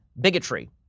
bigotry